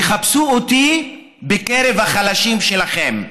תחפשו אותי בקרב החלשים שלכם,